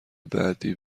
بعدی